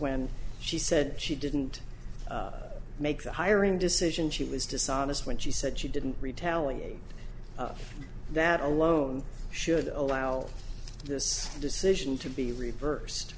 when she said she didn't make the hiring decision she was dishonest when she said she didn't retaliate that alone should allow this decision to be reversed